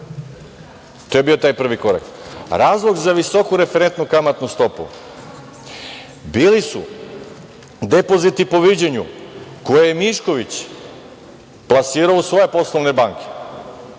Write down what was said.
To je bio taj prvi korak. Razlog za visoku referentnu kamatnu stopu bili su depoziti po viđenju koje je Mišković plasirao u svoje poslovne banke,